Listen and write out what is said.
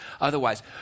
otherwise